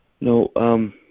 No